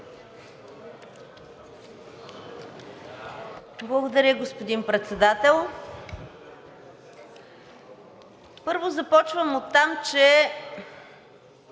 Благодаря, господин Председател. Първо, започвам оттам, че